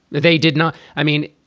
they did not. i mean,